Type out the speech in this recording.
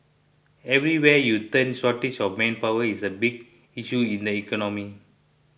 everywhere you turn shortage of manpower is a big issue in the economy